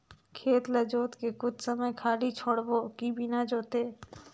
खेत ल जोत के कुछ समय खाली छोड़बो कि बिना जोते?